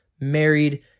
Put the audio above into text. married